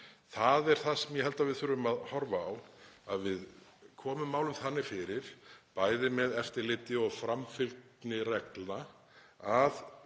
Það er það sem ég held að við þurfum að horfa á, að við komum málum þannig fyrir með bæði eftirliti og framfylgni reglna að